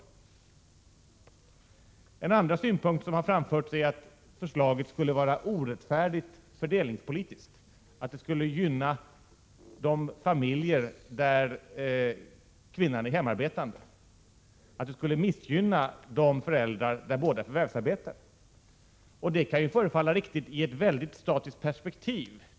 Den andra invändning som har framförts är att förslaget skulle vara fördelningspolitiskt orättfärdigt, att det skulle gynna de familjer där kvinnan är hemarbetande och missgynna de familjer där båda förvärvsarbetar. Detta kan förefalla riktigt i ett mycket statiskt perspektiv.